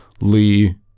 Lee